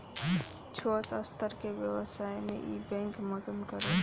छोट स्तर के व्यवसाय में इ बैंक मदद करेला